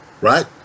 Right